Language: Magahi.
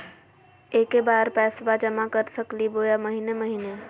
एके बार पैस्बा जमा कर सकली बोया महीने महीने?